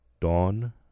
Dawn